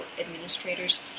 administrators